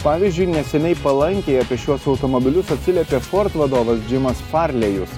pavyzdžiui neseniai palankiai apie šiuos automobilius atsiliepė ford vadovas džimas farlėjus